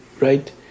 right